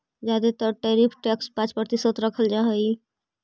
जादे तर tariff tax पाँच प्रतिशत रखल जा हई